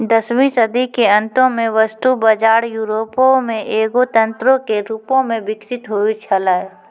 दसवीं सदी के अंतो मे वस्तु बजार यूरोपो मे एगो तंत्रो के रूपो मे विकसित होय छलै